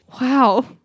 wow